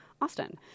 Austin